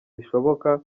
zishoboka